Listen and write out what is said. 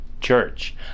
church